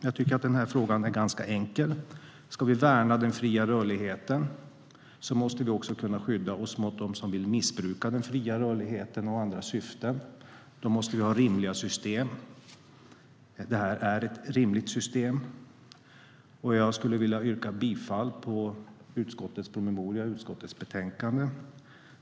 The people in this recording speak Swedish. Jag tycker att den här frågan är ganska enkel. Ska vi värna den fria rörligheten måste vi också kunna skydda oss mot dem som vill missbruka den fria rörligheten i andra syften. Då måste vi ha rimliga system. Det här är ett rimligt system. Jag yrkar bifall till förslaget i utskottets betänkande.